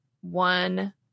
one